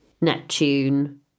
Neptune